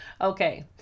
Okay